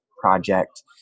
project